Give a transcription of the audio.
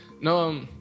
No